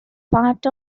part